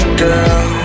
girl